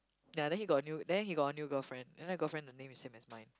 ya then he got a new then he got a new girlfriend then the girlfriend the name is same as mine